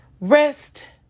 Rest